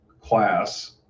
class